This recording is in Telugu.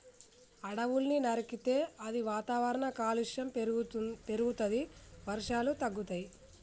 అడవుల్ని నరికితే అది వాతావరణ కాలుష్యం పెరుగుతది, వర్షాలు తగ్గుతయి